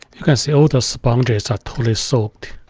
you can see all the sponges are totally soaked.